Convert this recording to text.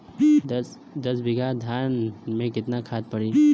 दस बिघा धान मे केतना खाद परी?